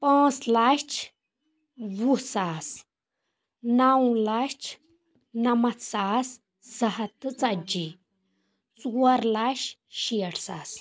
پانٛژھ لچھ وُہ ساس نو لچھ نمتھ ساس زٕ ہتھ تہٕ ژتجی ژور لچھ شیٹھ ساس